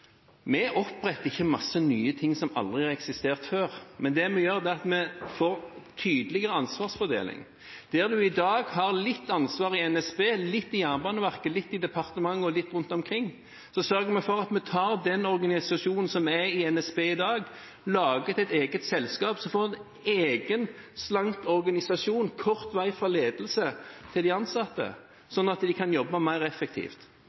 Vi oppretter ikke masse nye ting som aldri har eksistert før, men det vi gjør, er at vi får en tydeligere ansvarsfordeling. Der en i dag har litt ansvar i NSB, litt i Jernbaneverket, litt i departementet og litt rundt omkring, sørger vi for at vi tar den organisasjonen som er i NSB i dag, og lager et eget selskap, som får en egen, slank organisasjon, med kort vei fra ledelsen til de ansatte, slik at de kan jobbe mer effektivt.